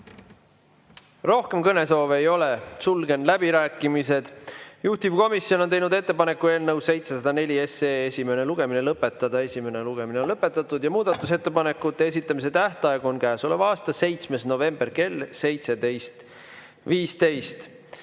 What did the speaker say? Rohkem kõnesoove ei ole. Sulgen läbirääkimised. Juhtivkomisjon on teinud ettepaneku eelnõu 704 esimene lugemine lõpetada. Esimene lugemine on lõpetatud ja muudatusettepanekute esitamise tähtaeg on käesoleva aasta 7. november kell 17.15.